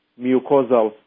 mucosal